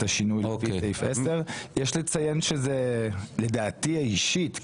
את השינוי של סעיף 10. יש לציין שלדעתי האישית,